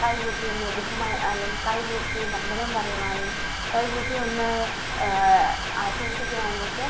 കൈകൂപ്പിയൊന്ന് ബഹുമാനം അല്ലേ കൈകൂപ്പി വന്ദനം പറയുവാനും കൈകൂപ്പി ഒന്ന് ആശ്വസിക്കുവാനുമൊക്കെ